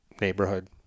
neighborhood